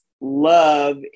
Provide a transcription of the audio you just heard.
love